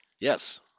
yes